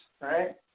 right